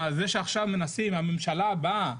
ועל זה שעכשיו מנסים, הממשלה באה